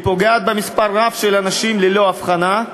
היא פוגעת במספר רב של אנשים ללא אבחנה,